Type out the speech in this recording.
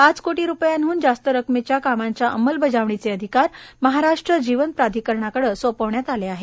पाच कोटी रूपयांडून जास्त रकमेव्या कामांच्या अंमलबजावणीचे अधिकार महाराष्ट्र जीवन प्राधिकरणाकडे सोपवण्यात आले आहेत